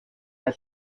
had